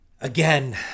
Again